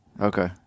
Okay